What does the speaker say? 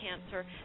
cancer